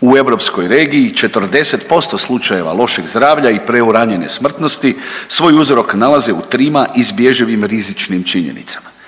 U europskoj regiji 40% slučajeva lošeg zdravlja i preuranjene smrtnosti svoj uzrok nalaze u trima izbježivim rizičnim činjenicama